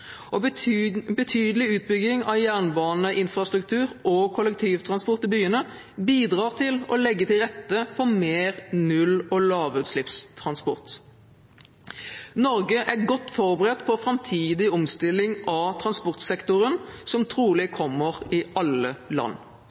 Betydelig utbygging av jernbaneinfrastruktur og kollektivtransport i byene bidrar til å legge til rette for mer null- og lavutslippstransport. Norge er godt forberedt på framtidig omstilling av transportsektoren, som trolig kommer i alle land.